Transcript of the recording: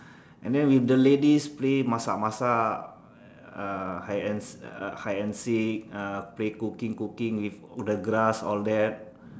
and then with the ladies play masak-masak uh hide and se~ hide and seek uh play cooking cooking with the grass all that